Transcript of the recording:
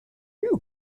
you